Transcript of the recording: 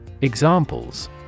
Examples